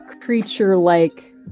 creature-like